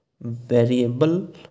variable